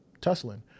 tussling